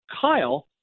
Kyle